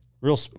Real